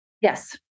Yes